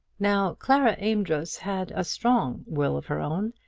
now clara amedroz had a strong will of her own,